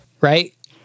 right